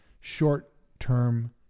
short-term